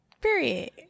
Period